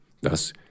Thus